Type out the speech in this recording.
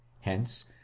hence